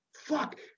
fuck